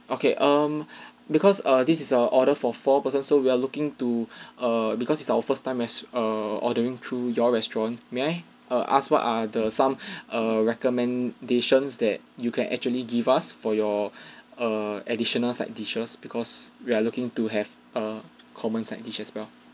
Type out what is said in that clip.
okay um because err this is a order for four persons so we're looking to err because it's our first time as err ordering through your restaurant may I err ask what are the some err recommendations that you can actually give us for your err additional side dishes because we are looking to have a common side dishes as well